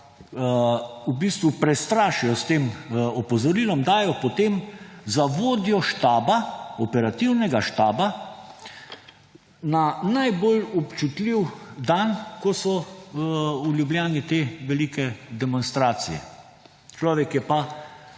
v bistvu prestrašijo s tem opozorilom, dajo potem za vodjo operativnega štaba na najbolj občutljiv dan, ko so v Ljubljani te velike demonstracije. Človek je pa